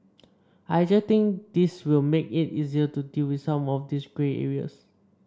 I actually think this will make it easier to deal with some of these grey areas